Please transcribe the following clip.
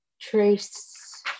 trace